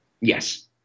Yes